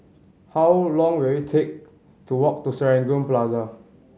how long will it take to walk to Serangoon Plaza